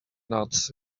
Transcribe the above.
nuts